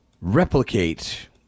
replicate